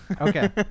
okay